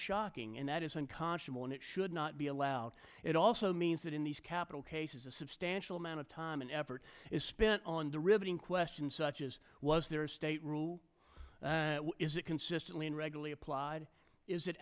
shocking and that is unconscionable and it should not be allowed it also means that in these capital cases a substantial amount of time and effort is spent on the riveting question such as was there a state rule is it consistently and regularly applied is it